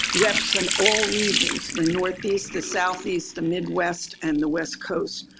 reps from all regions, the northeast, the southeast, the midwest, and the west coast.